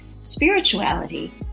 spirituality